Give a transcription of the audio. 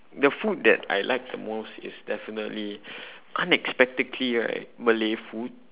the food that I like the most is definitely unexpectedly right malay food